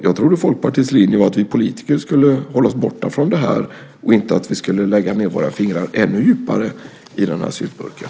Jag trodde att Folkpartiets linje var att vi politiker skulle hålla oss borta från det här och inte att vi skulle stoppa ned våra fingrar ännu djupare i den här syltburken.